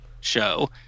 show